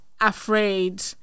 afraid